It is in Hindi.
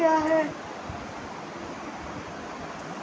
गैर वित्तीय संस्था क्या है?